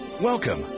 Welcome